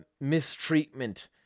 mistreatment